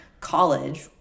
college